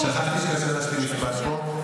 שכחתי שקשה להשלים משפט פה.